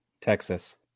Texas